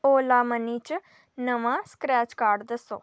ओलामनी च नमां scratch card दस्सो